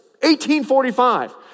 1845